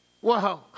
Whoa